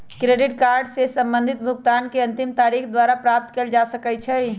credit card से संबंधित भुगतान के अंतिम तारिख बैंक द्वारा प्राप्त कयल जा सकइ छइ